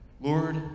Lord